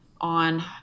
on